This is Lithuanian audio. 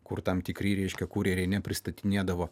kur tam tikri reiškia kurjeriai nepristatinėdavo